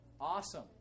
Awesome